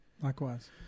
Likewise